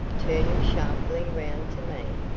turning sharply round to me,